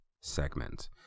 segment